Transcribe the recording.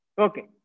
Okay